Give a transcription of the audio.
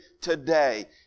today